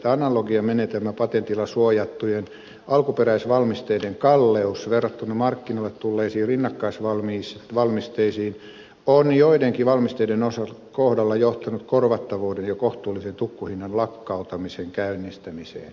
analogiamenetelmäpatentilla suojattujen alkuperäisvalmisteiden kalleus verrattuna markkinoille tulleisiin rinnakkaisvalmisteisiin on joidenkin valmisteiden kohdalla johtanut korvattavuuden ja kohtuullisen tukkuhinnan lakkauttamisen käynnistämiseen